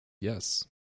yes